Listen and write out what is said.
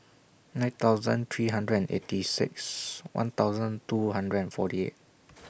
nine thousand three hundred and eight six one thousand two hundred and forty eight